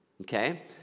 okay